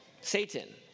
Satan